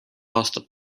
aastat